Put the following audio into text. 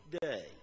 day